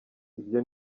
ibyo